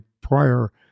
prior